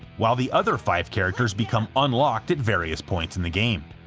while the other five characters become unlocked at various points in the game.